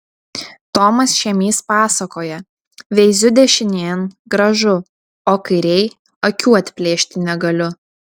tomas šėmys pasakoja veiziu dešinėn gražu o kairėj akių atplėšti negaliu